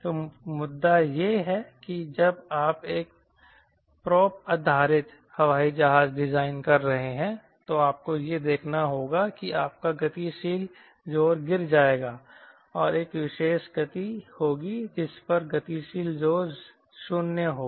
तो मुद्दा यह है कि जब आप एक प्रोप आधारित हवाई जहाज डिजाइन कर रहे हैं तो आपको यह देखना होगा कि आपका गतिशील जोर गिर जाएगा और एक विशेष गति होगी जिस पर गतिशील जोर 0 होगा